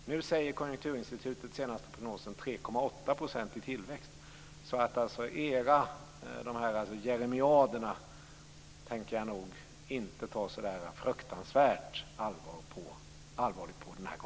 Nu säger Konjunkturinstitutet i senaste prognosen att det blir 3,8 % i tillväxt. Era jeremiader tänker jag nog inte heller den här gången ta så fruktansvärt allvarligt på.